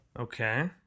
Okay